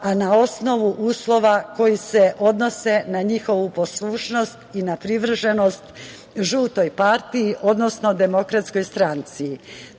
a na osnovu uslova koji se odnose na njihovu poslušnost i na privrženost žutoj partiji, odnosno DS.Takođe, moram